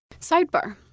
Sidebar